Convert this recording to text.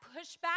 pushback